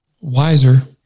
Wiser